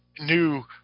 new